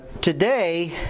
today